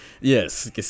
Yes